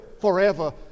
forever